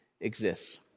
exists